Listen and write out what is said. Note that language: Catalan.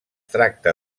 tracta